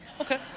Okay